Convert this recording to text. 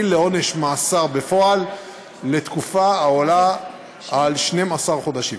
לעונש מאסר בפועל לתקופה העולה על 12 חודשים.